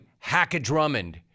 hackadrummond